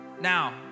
now